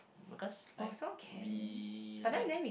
because like we like